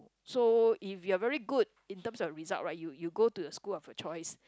so if you're very good in terms of result right you you go to the school lah of your choice